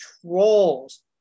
trolls